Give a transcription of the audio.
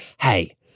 hey